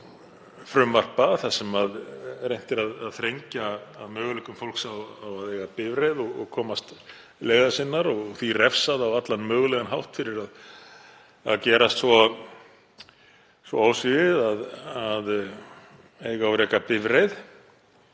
straum frumvarpa þar sem reynt er að þrengja að möguleikum fólks á að eiga bifreið og komast leiðar sinnar og því er refsað á allan mögulegan hátt fyrir að gerast svo ósvífið að eiga og reka bifreið